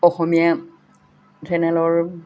অসমীয়া চেনেলৰ